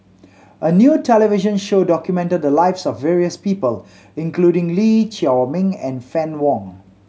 a new television show documented the lives of various people including Lee Chiaw Meng and Fann Wong